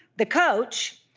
the coach,